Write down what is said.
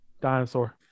Dinosaur